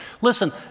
Listen